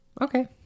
Okay